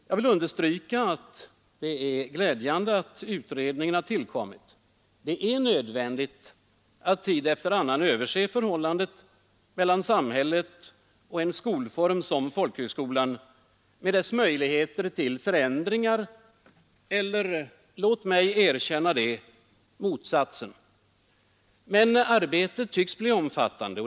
Jag vill understryka att det är glädjande att utredningen har tillkommit. Det är nödvändigt att tid efter annan överse förhållandet mellan samhället och en skolform som folkhögskolan med dess möjlighet till förändringar eller — låt mig erkänna det — motsatsen. Men arbetet tycks bli omfattande.